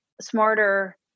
smarter